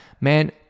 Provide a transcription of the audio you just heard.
man